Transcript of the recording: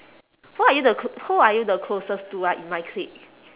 who are you the cl~ who are you the closest to ah in my clique